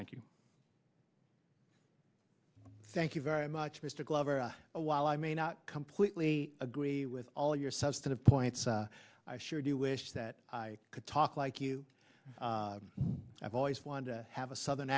thank you thank you very much mr glover while i may not completely agree with all your substantive points i sure do wish that i could talk like you i've always wanted to have a southern